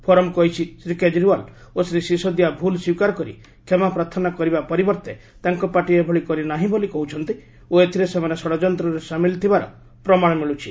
forum କହିଛି ଶ୍ରୀ କେଜରିଓ୍ୱାଲ୍ ଓ ଶ୍ରୀ ସିସୋଦିଆ ଭୁଲ୍ ସ୍ୱୀକାର କରି କ୍ଷମା ପ୍ରାର୍ଥନା କରିବା ପରିବର୍ତ୍ତେ ତାଙ୍କ ପାର୍ଟି ଏଭଳି କରି ନାହିଁ ବୋଲି କହୁଛନ୍ତି ଓ ଏଥିରୁ ସେମାନେ ଷଡ଼ଯନ୍ତ୍ରରେ ସାମିଲ୍ ଥିବାର ପ୍ରମାଣ ମିଳୁଛି